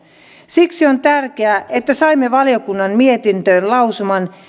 siksi on tärkeää että saimme valiokunnan mietintöön lausuman